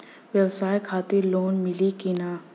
ब्यवसाय खातिर लोन मिली कि ना?